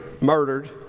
murdered